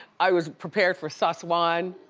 i was prepared for suss one.